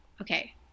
Okay